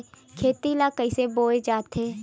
खेती ला कइसे बोय जाथे?